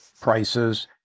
prices